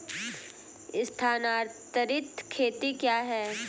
स्थानांतरित खेती क्या है?